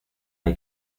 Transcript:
hay